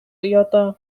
ята